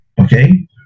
okay